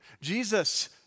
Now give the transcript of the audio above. Jesus